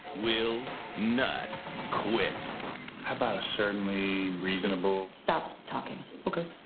will not quit. how about a certainly reasonable stop talking. okay.